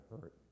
hurt